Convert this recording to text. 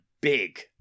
big